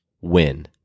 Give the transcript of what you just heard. win